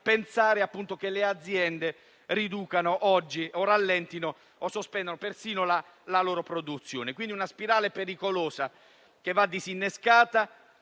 pensare che le aziende rallentino o sospendano persino la produzione. È una spirale pericolosa che va disinnescata,